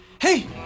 hey